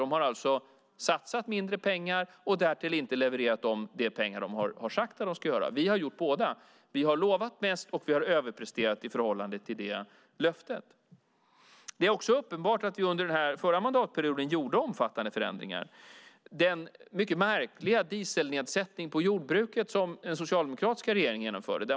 De har alltså satsat mindre pengar och därtill inte levererat de pengar som de har sagt att de ska göra. Vi har gjort både och. Vi har lovat mest och vi har överpresterat i förhållande till löftet. Det är också uppenbart att vi under förra mandatperioden gjorde omfattande förändringar. Den socialdemokratiska regeringen genomförde en mycket märklig dieselnedsättning på jordbruket.